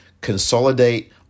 consolidate